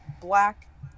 black